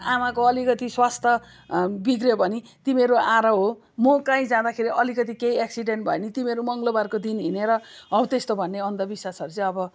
आमाको अलिकति स्वास्थ्य बिग्रियो भने तिमीहरू आएर हो म कहीँ जाँदाखेरि अलिकति केही एक्सिडेन्ट भयो भने तिमीहरू मङ्गलबारको दिन हिँडेर हौ त्यस्तो भन्ने अन्धविश्वासहरू चाहिँ अब